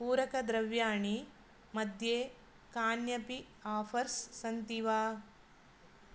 पूरक द्रव्याणि मध्ये कान्यपि आफ़र्स् सन्ति वा